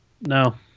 No